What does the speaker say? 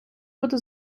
буду